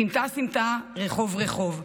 סמטה-סמטה, רחוב-רחוב.